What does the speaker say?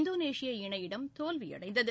இந்தோனேஷிய இணையிடம் தோல்வியடைந்தது